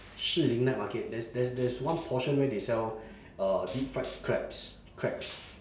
士林 night market there's there's there's one portion where they sell uh deep fried crabs crabs